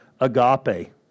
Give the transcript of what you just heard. agape